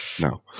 No